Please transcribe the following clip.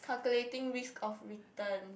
calculating risk of return